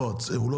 הוא לא